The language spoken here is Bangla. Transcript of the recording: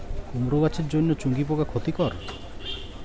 কুমড়ো গাছের জন্য চুঙ্গি পোকা ক্ষতিকর?